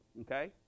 okay